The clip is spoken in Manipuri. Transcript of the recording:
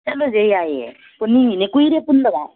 ꯆꯠꯂꯨꯁꯦ ꯌꯥꯏꯑꯦ ꯄꯨꯟꯅꯤꯡꯏꯅꯦ ꯀꯨꯏꯔꯦ ꯄꯨꯟꯗꯕ